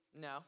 No